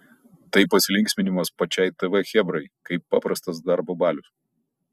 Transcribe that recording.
tai pasilinksminimas pačiai tv chebrai kaip paprastas darbo balius